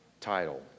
title